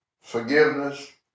forgiveness